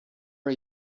are